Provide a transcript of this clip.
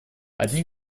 одни